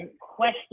question